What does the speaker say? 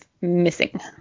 missing